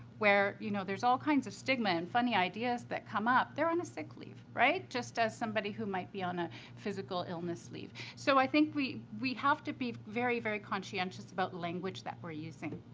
where, you know, there's all kinds of stigma and funny ideas that come up, they're on a sick leave, right? just as somebody who might be on a physical illness leave. so, i think we we have to be very, very conscientious about language that we're using.